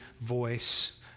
voice